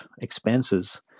expenses